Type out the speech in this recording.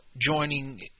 joining